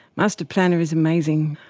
master planner is amazing,